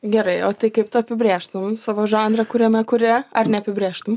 gerai o tai kaip tu apibrėžtum savo žanrą kuriame kuri ar neapibrėžtum